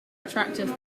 attractive